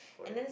correct